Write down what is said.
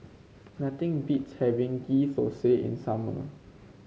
nothing beats having Ghee Thosai in summer